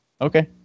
Okay